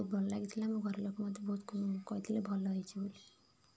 ଭଲ ଲାଗିଥିଲା ମୋ ଘର ଲୋକ ମୋତେ ବହୁତ କହିଥିଲେ ଭଲ ହୋଇଛି ବୋଲି